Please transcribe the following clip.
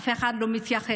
אף אחד לא מתייחס.